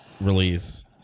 release